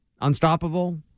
Unstoppable